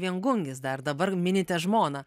viengungis dar dabar minite žmoną